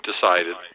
decided